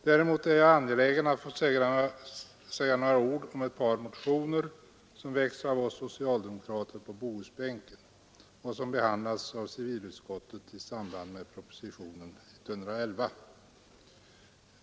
Däremot är jag angelägen att få säga några ord om ett par motioner, som väckts av oss socialdemokrater på Bohusbänken och som behandlats av civilutskottet i samband med propositionen 111.